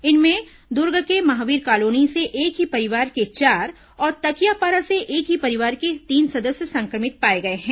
इनमें दुर्ग के महावीर कॉलोनी से एक ही परिवार के चार और तकियापारा से एक ही परिवार के तीन सदस्य संक्रमित पाए गए हैं